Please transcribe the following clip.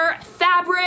fabric